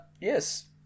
Yes